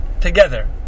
together